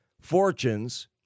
fortunes